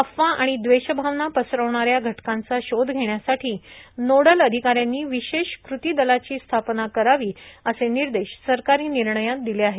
अफवा आणि द्वेषभावना पसरवणाऱ्या घटकांचा शोध घेण्यासाठी नोडल अधिकाऱ्यांनी विशेष कृती दलाची स्थापना करावी असे निर्देश सरकारी निर्णयात दिले आहेत